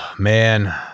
Man